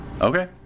Okay